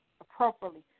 appropriately